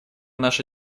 наша